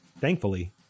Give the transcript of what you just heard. Thankfully